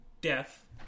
death